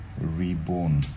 reborn